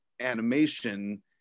animation